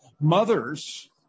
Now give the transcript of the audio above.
Mothers